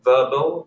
Verbal